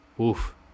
oof